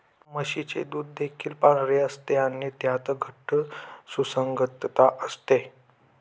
म्हशीचे दूध देखील पांढरे असते आणि त्यात घट्ट सुसंगतता असते